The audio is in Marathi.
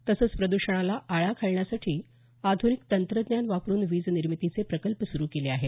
तसंच प्रद्षणाला आळा घालण्यासाठी आध्निक तंत्रज्ञान वापरून वीज निर्मितीचे प्रकल्प सुरू केले आहेत